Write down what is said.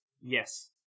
Yes